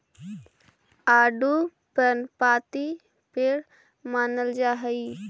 आडू पर्णपाती पेड़ मानल जा हई